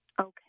Okay